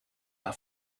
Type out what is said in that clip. our